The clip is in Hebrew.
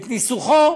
את ניסוחו,